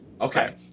Okay